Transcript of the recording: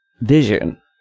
vision